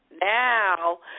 now